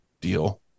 deal